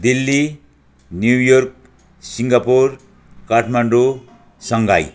Delhi New York Singapore Kathmandu Shanghai